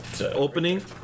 opening